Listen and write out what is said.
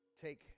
take